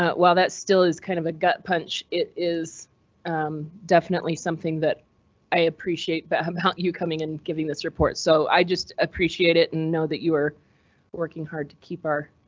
ah while that still is kind of a gut punch, it is definitely something that i appreciate that about you coming in giving this report. so i just appreciate it and know that you are working hard to keep our.